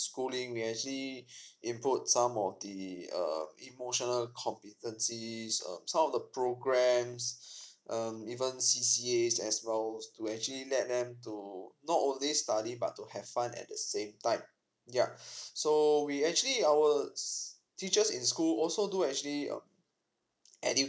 schooling we actually input some of the err emotional competency err some of the programs um even C_C_A as well to actually let them to not only study but to have fun at the same time yup so we actually our teaches in school also do actually um